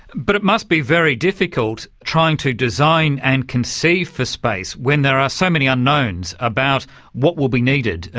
but it must be very difficult trying to design and conceive for space when there are so many unknowns about what will be needed,